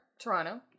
Toronto